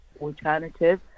alternative